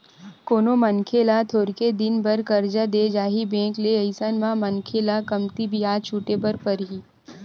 कोनो मनखे ल थोरके दिन बर करजा देय जाही बेंक ले अइसन म मनखे ल कमती बियाज छूटे बर परही